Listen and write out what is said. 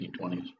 1920s